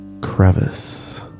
crevice